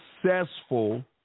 successful